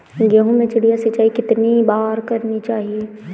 गेहूँ में चिड़िया सिंचाई कितनी बार करनी चाहिए?